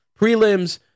Prelims